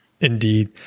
Indeed